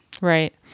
Right